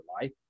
life